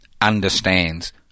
understands